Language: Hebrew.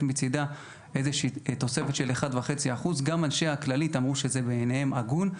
מצידה איזושהי תוספת של 1.5%. גם אנשי הכללית אמרו שזה בעיניהם הגון.